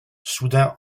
soudain